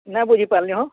ନାଇଁ ବୁଝି ପାର୍ଲି ହୋ